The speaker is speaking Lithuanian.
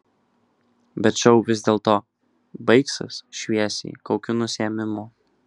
bet šou vis dėlto baigsis šviesiai kaukių nusiėmimu